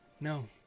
No